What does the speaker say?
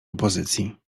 opozycji